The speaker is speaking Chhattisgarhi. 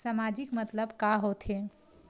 सामाजिक मतलब का होथे?